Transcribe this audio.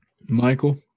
Michael